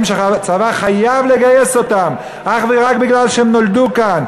שהצבא חייב לגייס אותם אך ורק מפני שהם נולדו כאן,